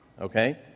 Okay